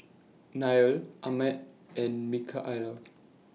Nelia Ahmed and Micaela